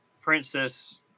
princess